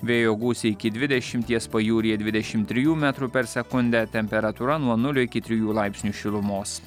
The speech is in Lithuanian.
vėjo gūsiai iki dvidešimties pajūryje dvidešim trijų metrų per sekundę temperatūra nuo nulio iki trijų laipsnių šilumos